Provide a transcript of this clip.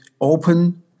open